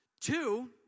Two